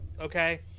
okay